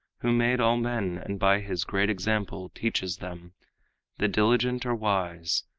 who made all men and by his great example teaches them the diligent are wise,